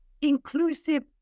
inclusive